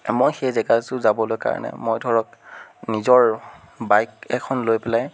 মই সেই জেগাটো যাবলৈ কাৰণে মই ধৰক নিজৰ বাইক এখন লৈ পেলাই